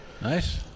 Nice